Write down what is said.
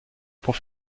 pour